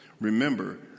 Remember